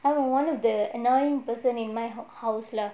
I'm one of the annoying person in my house lah